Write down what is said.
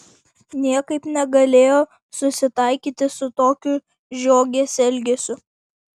niekaip negalėjo susitaikyti su tokiu žiogės elgesiu